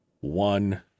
one